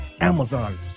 Amazon